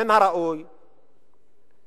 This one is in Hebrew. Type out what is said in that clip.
מן הראוי שיירגעו,